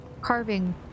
carving